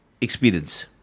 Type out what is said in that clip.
experience